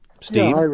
Steve